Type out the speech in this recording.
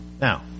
Now